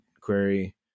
query